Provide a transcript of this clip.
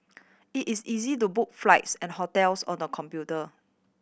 it is easy to book flights and hotels on the computer